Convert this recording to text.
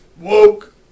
Woke